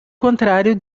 contrário